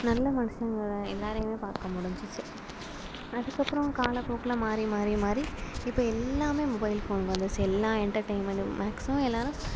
நல்ல மனுசங்களை எல்லாரையுமே பார்க்க முடிஞ்சுச்சி செ அதுக்கப்புறம் கால போக்கில் மாறி மாறி மாறி இப்போ எல்லாமே மொபைல் ஃபோன் வந்துருச்சு எல்லா என்டர்டைன்மெண்ட்டும் மேக்சிமம் எல்லாரும்